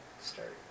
start